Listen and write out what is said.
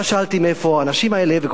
לא שאלתי מאיפה האנשים האלה.